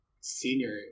senior